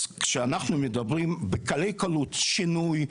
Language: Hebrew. אז כשאנחנו מדברים בקלי קלות שינוי,